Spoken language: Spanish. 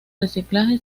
reciclaje